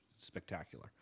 spectacular